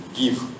give